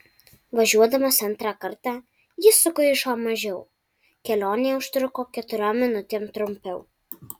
važiuodamas antrą kartą jis sugaišo mažiau kelionė užtruko keturiom minutėm trumpiau